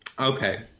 okay